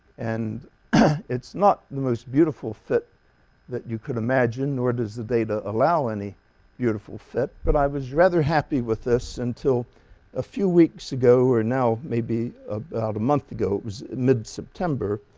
and it's not the most beautiful fit that you could imagine nor does the data allow any beautiful fit, but i was rather happy with this until a few weeks ago or now maybe about a month ago. it was mid-september,